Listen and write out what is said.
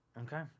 okay